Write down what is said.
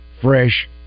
fresh